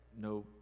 no